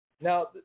Now